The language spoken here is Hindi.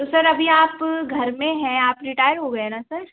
तो सर अभी आप घर में हैं आप रिटायर हो गए हैं ना सर